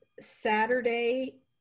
Saturday